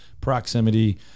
proximity